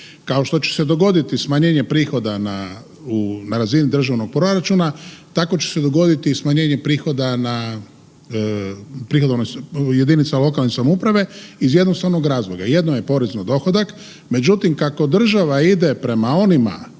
Kao što će se dogoditi smanjenje prihoda na razini državnog proračuna, tako će se dogoditi i smanjenje prihoda na, u jedinicama lokalne samouprave iz jednostavnog razloga, jedno je porez na dohodak, međutim kako država ide prema onima